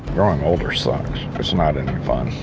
growing older sucks, it's not any fun.